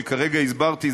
שכרגע הסברתי,